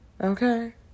Okay